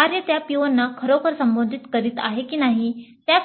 कार्य त्या PO ना खरोखर संबोधित करीत आहे की नाही त्या